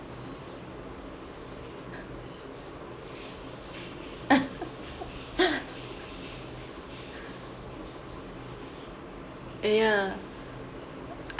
ya